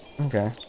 Okay